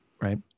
Right